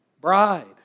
bride